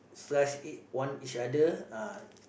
slice it one each other ah